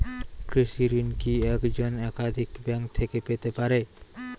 কৃষিঋণ কি একজন একাধিক ব্যাঙ্ক থেকে পেতে পারে?